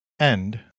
End